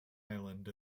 island